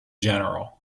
general